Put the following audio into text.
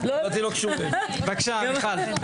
בבקשה, מיכל.